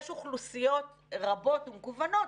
יש אוכלוסיות רבות ומגוונות,